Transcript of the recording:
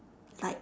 like